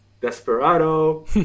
desperado